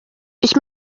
ich